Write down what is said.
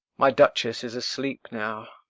my duchess is asleep now,